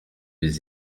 des